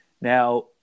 Now